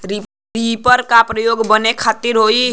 Reaper का प्रयोग का बनावे खातिन होखि?